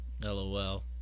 LOL